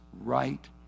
right